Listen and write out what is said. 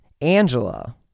Angela